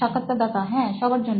সাক্ষাৎকারদাতা হ্যাঁ সবার জন্য